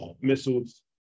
missiles